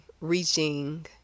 reaching